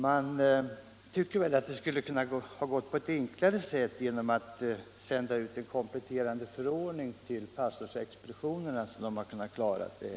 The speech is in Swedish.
Man tycker att det skulle ha kunnat gå på ett enklare sätt genom att en kompletterande förordning sändes ut till pastorsexpeditionerna, så att de hade kunnat klara detta.